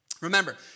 Remember